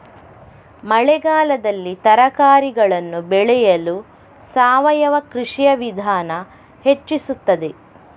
ಮಳೆಗಾಲದಲ್ಲಿ ತರಕಾರಿಗಳನ್ನು ಬೆಳೆಯಲು ಸಾವಯವ ಕೃಷಿಯ ವಿಧಾನ ಹೆಚ್ಚಿಸುತ್ತದೆ?